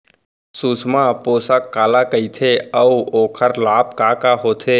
सुषमा पोसक काला कइथे अऊ ओखर लाभ का का होथे?